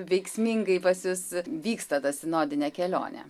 veiksmingai pas jus vyksta ta sinodinė kelionė